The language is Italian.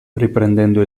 riprendendo